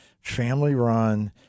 family-run